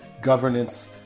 governance